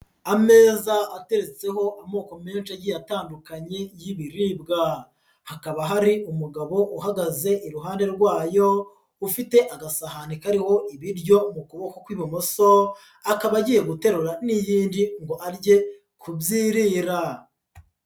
Ameza ateretseho amoko menshi agiye atandukanye y'ibiribwa, hakaba hari umugabo uhagaze iruhande rwayo ufite agasahani kariho ibiryo mu kuboko kw'ibumoso, akaba agiye guterura n'iyindi ngo arye kubyirira.